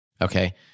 Okay